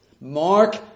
Mark